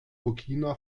burkina